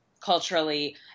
Culturally